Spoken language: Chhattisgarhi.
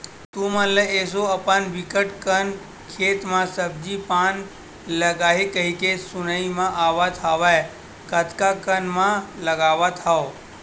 तुमन ल एसो अपन बिकट कन खेत म सब्जी पान लगाही कहिके सुनाई म आवत हवय कतका कन म लगावत हव?